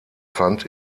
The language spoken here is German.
fand